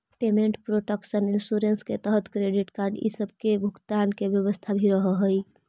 payment protection insurance के तहत credit card इ सब के भुगतान के व्यवस्था भी रहऽ हई